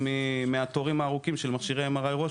לנכות מהתורים הארוכים של מכשירי MRI ראש,